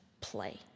play